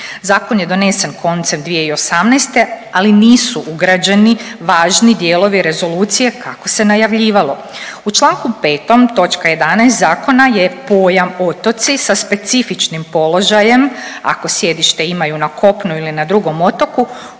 Zakon je donesen koncem 2018., ali nisu ugrađeni važni dijelovi rezolucije kako se najavljivalo. U Članku 5. točka 11. zakona je pojam otoci sa specifičnim položajem, ako sjedište imaju na kopnu ili na drugom otoku